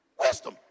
Wisdom